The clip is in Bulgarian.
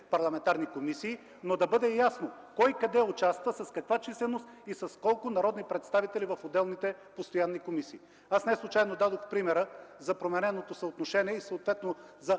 парламентарни комисии, но да бъде ясно кой къде участва, с каква численост и с колко народни представители в отделните постоянни комисии. Аз неслучайно дадох примера за промененото съотношение и съответно за